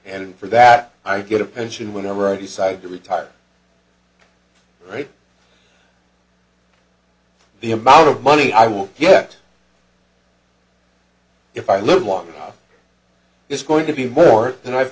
and for that i get a pension whenever i decide to retire right the amount of money i will yet if i live long it's going to be more than i've